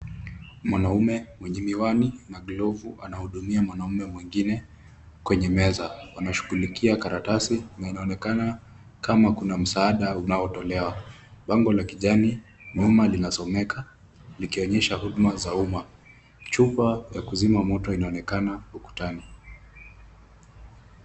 Mwanaume mwenye miwani na glavu anahudumia mwanamume mwingine kwenye meza, wanashughulikia karatasi, na inaonekana kama kuna msaada unaotolewa. Bango la kijani nyuma linasomeka likionyesha huduma za umma. Chumba ya kuzima moto inaonekana ukutani.